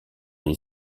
est